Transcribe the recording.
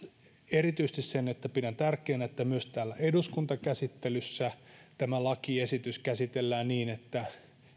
erityisesti sen että pidän tärkeänä että myös täällä eduskuntakäsittelyssä tämä lakiesitys käsitellään niin että